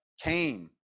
came